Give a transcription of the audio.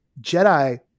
Jedi